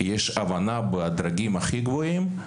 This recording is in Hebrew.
יש הבנה בדרגים הכי גבוהים,